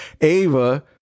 Ava